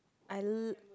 I